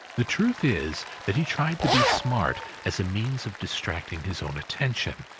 the truth is, that he tried to be smart, as a means of distracting his own attention,